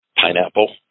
pineapple